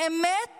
באמת